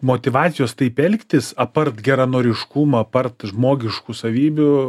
motyvacijos taip elgtis apart geranoriškumo apart žmogiškų savybių